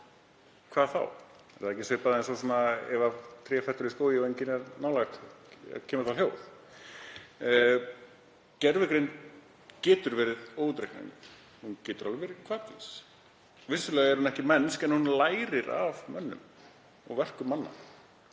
hvað þá? Er það ekki svipað eins og ef tré fellur í skógi og enginn er nálægt, kemur þá hljóð? Gervigreind getur verið óútreiknanleg, hún getur alveg verið hvatvís. Vissulega er hún ekki mennsk en hún lærir af mönnum og verkum manna.